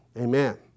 Amen